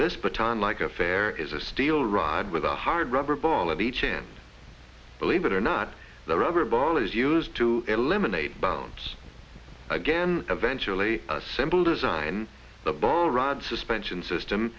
this button like affair is a steel rod with a hard rubber ball of each hand believe it or not the rubber ball is used to eliminate bounds again eventually simple design the ball rod suspension system